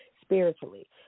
spiritually